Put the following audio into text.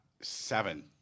seven